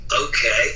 okay